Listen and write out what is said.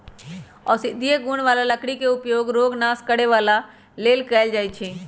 औषधि गुण बला लकड़ी के उपयोग रोग नाश करे लेल कएल जाइ छइ